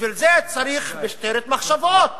בשביל זה צריך משטרת מחשבות